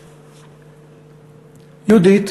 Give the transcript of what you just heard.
יהודית,